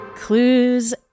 clues